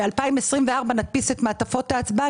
ב-2024 נדפיס את מעטפות ההצבעה,